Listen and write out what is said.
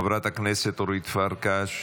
אינה נוכחת, חברת הכנסת אורית פרקש,